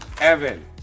Evan